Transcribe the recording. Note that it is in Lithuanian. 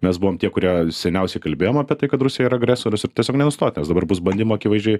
mes buvom tie kurie seniausiai kalbėjom apie tai kad rusija yra agresorius ir tiesiog nenustoti nes dabar bus bandymų akivaizdžiai